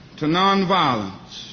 to nonviolence.